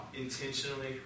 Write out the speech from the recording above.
Intentionally